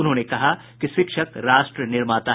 उन्होंने कहा कि शिक्षक राष्ट्र निर्माता हैं